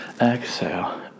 exhale